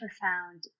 profound